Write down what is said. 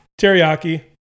teriyaki